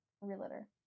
Re-litter